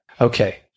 Okay